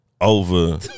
over